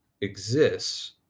exists